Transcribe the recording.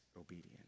obedience